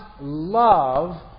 love